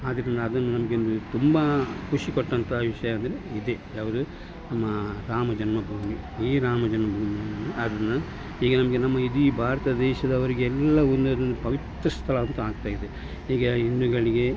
ಆದ್ದರಿಂದ ಅದು ನಮಗೆ ಒಂದು ತುಂಬ ಖುಷಿ ಕೊಟ್ಟಂತ ವಿಷಯ ಅಂದರೆ ಇದೇ ಯಾವುದು ನಮ್ಮ ರಾಮ ಜನ್ಮಭೂಮಿ ಈ ರಾಮ ಜನ್ಮಭೂಮಿ ಒಂದು ಅದನ್ನು ಈಗ ನಮಗೆ ನಮ್ಮ ಇಡೀ ಭಾರತ ದೇಶದವರಿಗೆಲ್ಲ ಒಂದು ಅದು ಪವಿತ್ರ ಸ್ಥಳ ಅಂತ ಆಗ್ತಾಯಿದೆ ಈಗ ಹಿಂದೂಗಳಿಗೆ